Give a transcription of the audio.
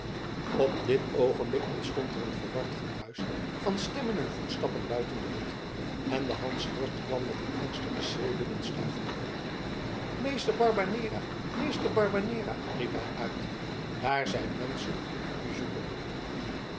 op dit oogenblik ontstond er een verward gedruis van stemmen en voetstappen buiten de hut en de hansworst kwam met een angstig geschreeuw binnenstuiven meester barbanera meester barbanera riep hij daar zijn menschen die u zoeken